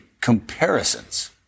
comparisons